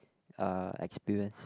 uh experience